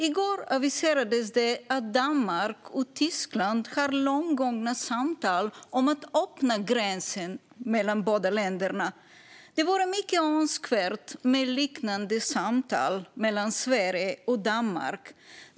I går aviserades det att Danmark och Tyskland har långt gångna samtal om att öppna gränsen mellan de båda länderna. Det vore mycket önskvärt med liknande samtal mellan Sverige och Danmark.